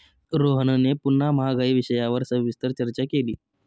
रोहनने पुन्हा महागाई विषयावर सविस्तर चर्चा केली